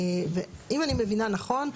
ואם אני מבינה נכון,